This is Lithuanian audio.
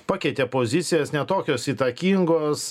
pakeitė pozicijas ne tokios įtakingos